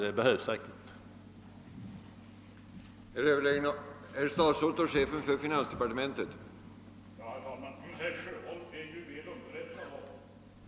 Det behövs verkligen en sådan insats.